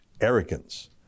arrogance